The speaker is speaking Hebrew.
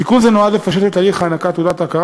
תיקון זה נועד לפשט את תהליך הענקת תעודת ההכרה